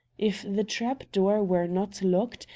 if the trap-door were not locked,